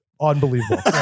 unbelievable